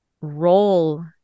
role